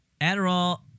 Adderall